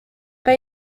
pas